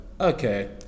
okay